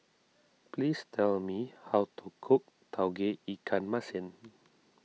please tell me how to cook Tauge Ikan Masin